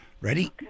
Ready